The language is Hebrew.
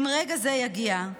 אם רגע זה יגיע,